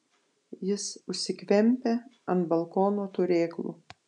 jis užsikvempia ant balkono turėklų